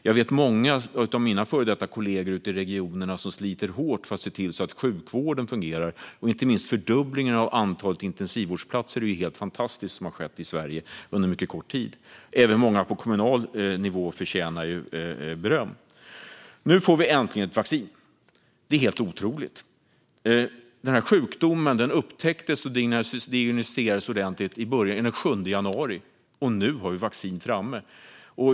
Jag vet många av mina före detta kollegor ute i regionerna som sliter hårt för att se till att sjukvården fungerar. Inte minst när det gäller fördubblingen av antalet intensivvårdsplatser är det helt fantastiskt vad som har skett i Sverige under mycket kort tid. Även många på kommunal nivå förtjänar beröm. Nu får vi äntligen ett vaccin. Det är helt otroligt! Den här sjukdomen upptäcktes och diagnosticerades ordentligt den 7 januari, och nu har vi ett vaccin.